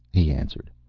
he answered.